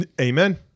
Amen